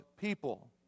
people